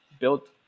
built